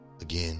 Again